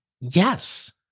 Yes